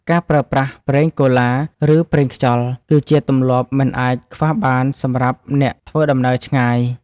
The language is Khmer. ការប្រើប្រាស់ប្រេងកូឡា ឬប្រេងខ្យល់ គឺជាទម្លាប់មិនអាចខ្វះបានសម្រាប់អ្នកធ្វើដំណើរឆ្ងាយ។